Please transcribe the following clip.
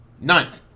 none